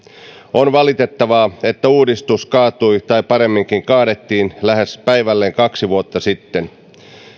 on valitettavaa että uudistus kaatui tai paremminkin kaadettiin lähes päivälleen kaksi vuotta sitten